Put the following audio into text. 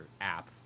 app